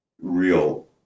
real